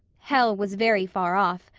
hell was very far off,